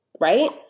right